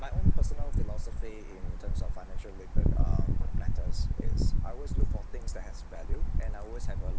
my own personal philosophy in terms of financial related um matters is I always look for things that has value and I always have a